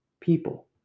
people